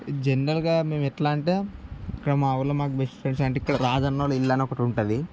జనరల్గా మేము ఎలా అంటే ఇక్కడ మా ఊర్లో మాకు బెస్ట్ ఫ్రెండ్స్ అంటే ఇక్కడ రాజన్న వాళ్ళ ఇల్లని ఒకటుంటుంది